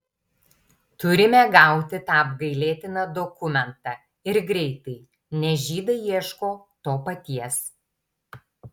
turime gauti tą apgailėtiną dokumentą ir greitai nes žydai ieško to paties